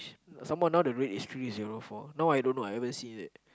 some more now the rate is three zero four now I don't know I haven't seen yet